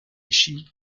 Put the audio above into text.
chimique